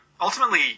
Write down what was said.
Ultimately